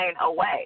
away